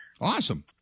Awesome